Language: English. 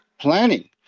planning